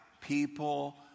people